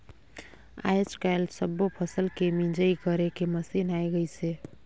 आयज कायल सब्बो फसल के मिंजई करे के मसीन आये गइसे